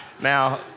Now